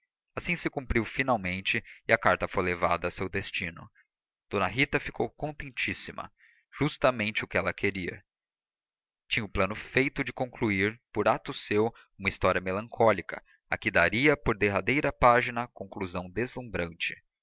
assim se cumpriu finalmente e a carta foi levada ao seu destino d rita ficou contentíssima justamente o que ela queria tinha o plano feito de concluir por ato seu uma história melancólica a que daria por derradeira página conclusão deslumbrante